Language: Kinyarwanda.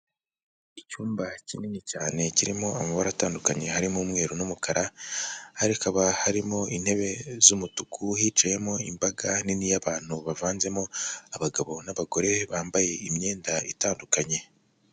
Icyumba kinini cyane kirimo amabara atandukanye harimo umweru n'umukara harikaba harimo intebe z'umutuku hicimo imbaga nini y'abantu bavanzemo abagabo n'abagore bambaye imyenda itandukanye.